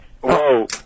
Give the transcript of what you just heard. Whoa